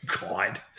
god